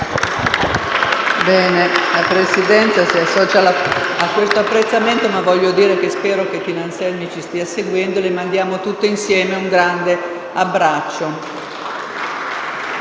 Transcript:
La Presidenza si associa a questo apprezzamento, ma voglio dire che spero Tina Anselmi ci stia seguendo. Le mandiamo tutti insieme un grande abbraccio.